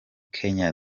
kenya